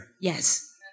Yes